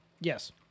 Yes